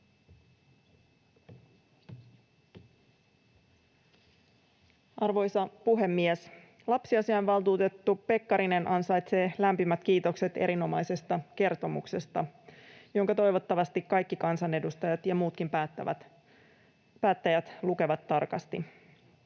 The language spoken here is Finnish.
Arvoisa puhemies! Lapsiasiainvaltuutettu Pekkarinen ansaitsee lämpimät kiitokset erinomaisesta kertomuksesta, jonka toivottavasti kaikki kansanedustajat ja muutkin päättäjät lukevat tarkasti.